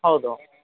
ಹೌದು